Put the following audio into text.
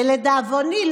לדאבוני,